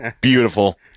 Beautiful